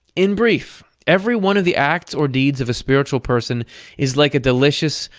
in brief, every one of the acts or deeds of a spiritual person is like a delicious,